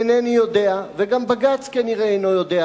אינני יודע, וגם בג"ץ כנראה אינו יודע,